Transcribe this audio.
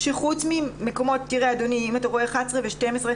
אם אתה רואה את (11) ואת (12).